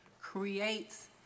creates